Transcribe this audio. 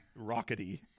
rockety